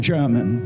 German